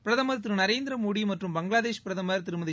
பிரதமர் திரு நரேந்திர மோடி மற்றும் பங்களாதேஷ் பிரதமர் திருமதி